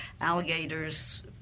alligators